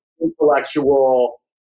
intellectual